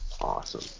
awesome